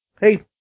hey